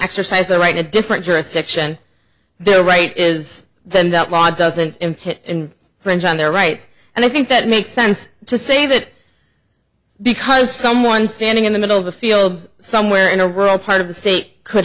exercise their right to a different jurisdiction their right is then that law doesn't kick in french on their right and i think that makes sense to say that because someone standing in the middle of the fields somewhere in a rural part of the state could